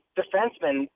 defensemen